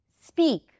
speak